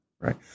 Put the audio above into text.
Right